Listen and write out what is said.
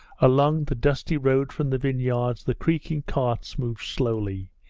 along the dusty road from the vineyards the creaking carts moved slowly,